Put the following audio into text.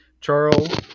Charles